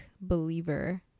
believer